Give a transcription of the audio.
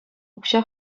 укҫа